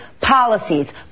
policies